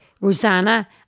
Rosanna